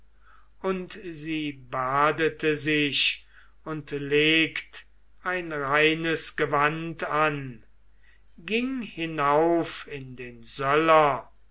und sie badete sich und legt ein reines gewand an ging hinauf in den